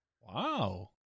Wow